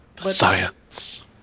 Science